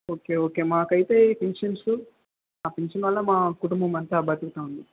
okay okay మాకైతే ఈ pensions ఆ పెన్షన్ వల్ల మా కుటుంబం అంత బతుకుతూ ఉంది